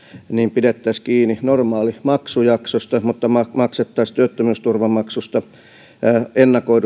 pidettäisiin kiinni normaalimaksujaksosta mutta maksettaisiin ennakoidusta työttömyysturvamaksusta kahdeksankymmentä prosenttia könttäsummana